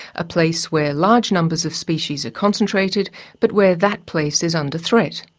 a place where large numbers of species are concentrated but where that place is under threat.